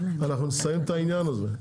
אנחנו נסיים את העניין הזה.